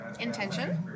Intention